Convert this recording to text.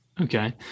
Okay